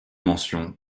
mention